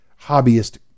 hobbyist